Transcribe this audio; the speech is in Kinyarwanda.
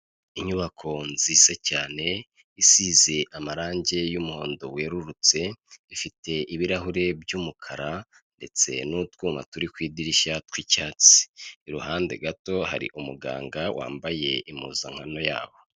Inyubako nziza cyane, isize amarangi y'umuhondo werurutse, ifite ibirahuri by'umukara ndetse n'utwuma turi ku idirishya tw'icyatsi, iruhande gato hari umuganga wambaye impuzankano yabo.